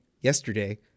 yesterday